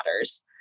matters